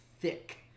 thick